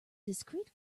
discrete